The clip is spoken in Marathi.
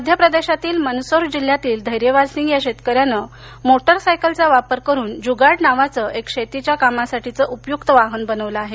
मध्यप्रदेशातील मंदसौर जिल्ह्यातील धैर्यवाद सिंग या शेतकऱ्यानं मोटरसायकलचा वापर करून जुगाड नावाचं एक शेतीच्या कामासाठी उपयुक्त वाहन बनवलं आहे